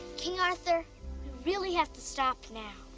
king arthur, we really have to stop now.